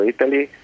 Italy